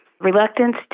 reluctance